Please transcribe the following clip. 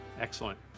Excellent